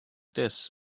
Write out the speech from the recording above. this